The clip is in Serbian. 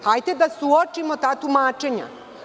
Hajde da suočimo ta tumačenja.